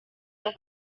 yang